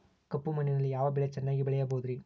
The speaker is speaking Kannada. ಕಪ್ಪು ಮಣ್ಣಿನಲ್ಲಿ ಯಾವ ಬೆಳೆ ಚೆನ್ನಾಗಿ ಬೆಳೆಯಬಹುದ್ರಿ?